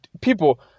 people